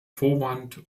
vorwand